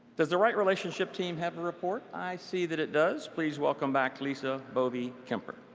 does the right relationship team have a report? i see that it does. please welcome back lisa bovee-kemper.